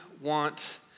want